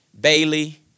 Bailey